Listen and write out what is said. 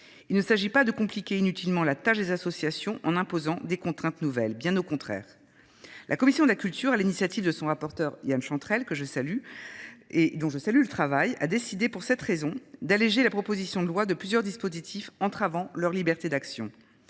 Il ne s’agit pas de compliquer inutilement la tâche des associations en imposant des contraintes nouvelles, bien au contraire. La commission de la culture, sur l’initiative de son rapporteur Yan Chantrel, dont je salue le travail, a donc décidé d’alléger la proposition de loi de plusieurs dispositifs entravant leur liberté d’action.